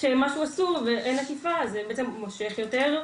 כשמשהו אסור, ואין אכיפה זה בעצם מושך יותר,